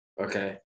Okay